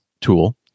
tool